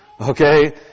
okay